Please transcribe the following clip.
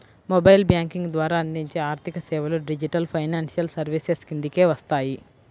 mobile banking ద్వారా అందించే ఆర్థికసేవలు డిజిటల్ ఫైనాన్షియల్ సర్వీసెస్ కిందకే వస్తాయి